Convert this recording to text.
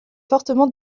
fortement